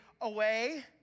away